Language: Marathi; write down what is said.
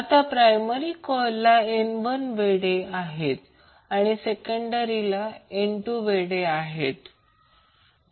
आता प्रायमरी कॉइलला N1वेढे आहेत आणि सेकंडरीला N2वेढे आहेत